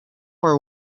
for